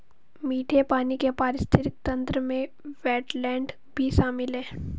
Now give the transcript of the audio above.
मीठे पानी के पारिस्थितिक तंत्र में वेट्लैन्ड भी शामिल है